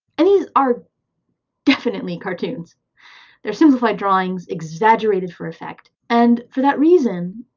and these are definitely cartoons they're simplified drawings exaggerated for effect. and for that reason,